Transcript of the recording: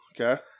Okay